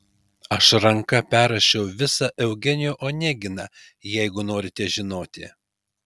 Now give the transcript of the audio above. aš ranka perrašiau visą eugenijų oneginą jeigu norite žinoti